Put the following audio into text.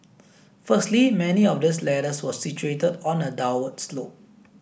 firstly many of these ladders were situated on a downward slope